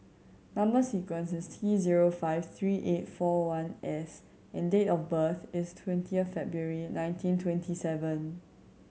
number sequence is T zero five three eight four one S and date of birth is twenty February nineteen twenty seven